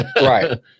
Right